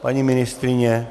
Paní ministryně?